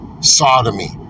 sodomy